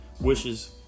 wishes